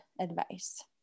advice